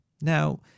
Now